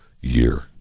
year